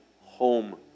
home